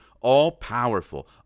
all-powerful